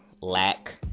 lack